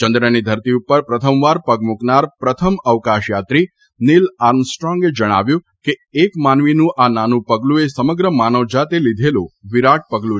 ચંદ્રની ધરતી ઉપર પ્રથમવાર પગ મૂકનાર પ્રથમ અવકાશયાત્રી નિલ આર્મસ્ટ્રોંગે જણાવ્યું હતું કે એક માનવીનું આ નાનું પગલું એ સમગ્ર માનવજાતે લીધેલું વિરાટ પગલું છે